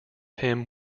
him